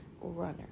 runner